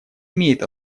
имеет